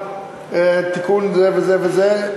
תיקון זה וזה וזה,